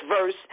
verse